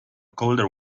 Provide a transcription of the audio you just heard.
colder